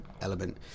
element